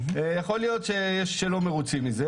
יכול להיות שיש כאלה שלא מרוצים מזה,